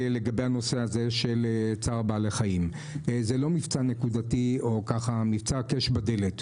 לגבי הנושא של צער בעלי-חיים זה לא מבצע נקודתי או מבצע הקש בדלת.